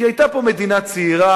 כי היתה פה מדינה צעירה,